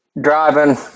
driving